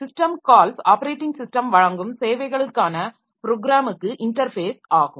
system calls operating system வழங்கும் சேவைகளுக்கான ப்ரோக்ராமுக்கு இன்டர்ஃபேஸ் ஆகும்